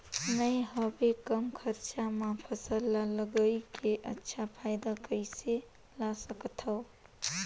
मैं हवे कम खरचा मा फसल ला लगई के अच्छा फायदा कइसे ला सकथव?